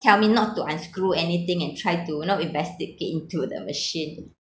tell me not to unscrew anything and try to you know investigate into the machine